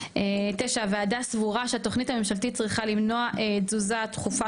הוועדה סבורה שהתוכנית הממשלתית צריכה למנוע תזוזה דחופה